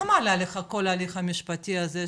כמה עלה לך כל ההליך המשפטי הזה,